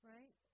Right